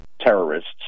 terrorists